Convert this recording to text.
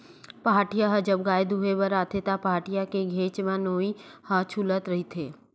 पहाटिया ह जब गाय दुहें बर आथे त, पहाटिया के घेंच म नोई ह छूलत रहिथे